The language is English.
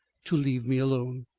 to leave me alone.